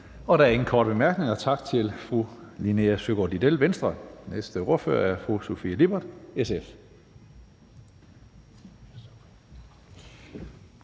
Der er ingen korte bemærkninger. Tak til fru Linea Søgaard-Lidell, Venstre. Næste ordfører er fru Sofie Lippert, SF.